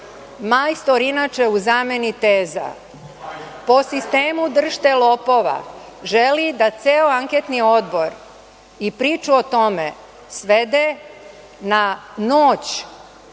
majstor inače u zameni teza, po sistemu – držte lopova, želi da ceo anketni odbor i priču o tome svede na noć